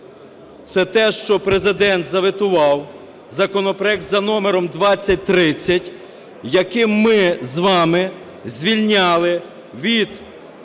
це те, що Президент заветував законопроект за номером 2030, яким ми з вами звільняли від сплати